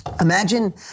Imagine